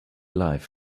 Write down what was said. life